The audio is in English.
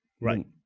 Right